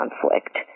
conflict